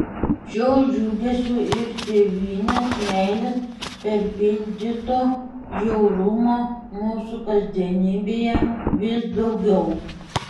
šio džiugesio ir tėvynės meilės perpildyto žiaurumo mūsų kasdienybėje vis daugiau